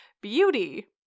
beauty